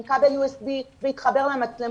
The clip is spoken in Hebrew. עם כבל USB ויתחבר למצלמות.